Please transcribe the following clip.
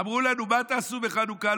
אמרו לנו: מה תעשו בחנוכה?